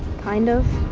kind of?